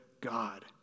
God